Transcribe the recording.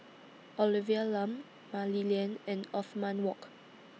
Olivia Lum Mah Li Lian and Othman Wok